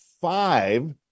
five